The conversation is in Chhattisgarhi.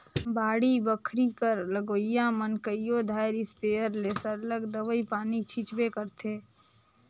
बाड़ी बखरी कर लगोइया मन कइयो धाएर इस्पेयर ले सरलग दवई पानी छींचबे करथंे